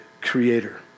creator